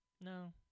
no